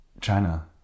China